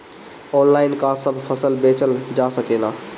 Online का सब फसल बेचल जा सकेला?